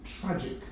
tragic